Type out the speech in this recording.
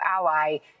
ally